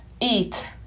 eat